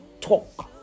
talk